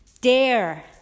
dare